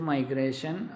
Migration